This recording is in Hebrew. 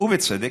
ובצדק,